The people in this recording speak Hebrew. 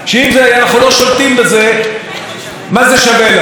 ולחוק הזה היא הכניסה סעיף אחד ספציפי,